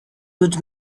would